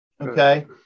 Okay